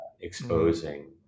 exposing